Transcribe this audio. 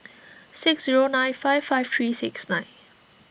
six zero nine five five three six nine